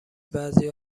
بعضی